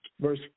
Verse